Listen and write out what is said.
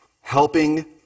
Helping